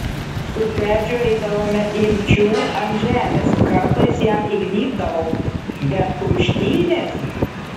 su tedžiu eidavome imčių ant žemės kartais jam įgnybdavau bet kumštynės